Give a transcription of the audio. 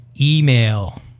email